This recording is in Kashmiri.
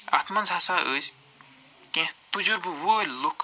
اَتھ منٛز ہَسا ٲسۍ کیٚنٛہہ تُجَربہٕ وٲلۍ لُکھ